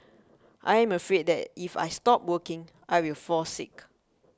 I am afraid that if I stop working I will fall sick